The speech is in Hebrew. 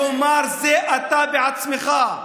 כלומר זה אתה בעצמך,